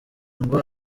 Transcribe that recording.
ngo